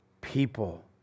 People